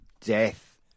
death